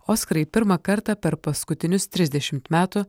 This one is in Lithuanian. oskarai pirmą kartą per paskutinius trisdešimt metų